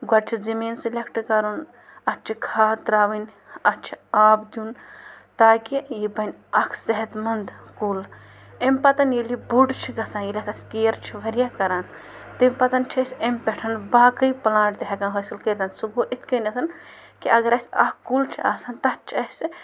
گۄڈٕ چھِ زمیٖن سِلٮ۪کٹ کَرُن اَتھ چھِ کھاد ترٛاوٕنۍ اَتھ چھِ آب دیُن تاکہِ یہِ بَنہِ اَکھ صحت منٛد کُل امۍ پَتَن ییٚلہِ یہِ بوٚڑ چھِ گژھان ییٚلہِ اَتھ أس کِیَر چھِ واریاہ کَران تمۍ پَتَن چھِ أسۍ امۍ پٮ۪ٹھ باقٕے پٕلانٛٹ تہِ ہٮ۪کان حٲصِل کٔرِتھ سُہ گوٚو اِتھ کٔنٮ۪تھ کہِ اَگر اَسہِ اَکھ کُل چھِ آسان تَتھ چھِ اَسہِ